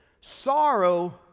sorrow